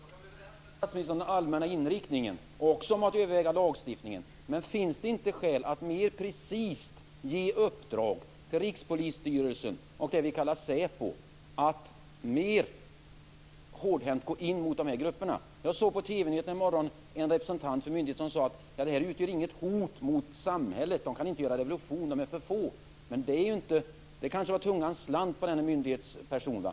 med statsministern om den allmänna inriktningen och också om att vi ska överväga lagstiftning, men finns det inte skäl att mer precist ge i uppdrag till Rikspolisstyrelsen och det vi kallar SÄPO att mer hårdhänt gå in mot dessa grupper? Jag såg på TV-nyheterna en morgon en representant för en myndighet som sade att de inte utgör något hot mot samhället. De kan inte göra revolution. De är för få. Det kanske var så att tungan slant på denna myndighetsperson.